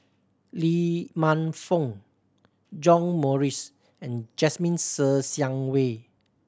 Lee Man Fong John Morrice and Jasmine Ser Xiang Wei